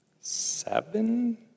seven